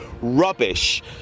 rubbish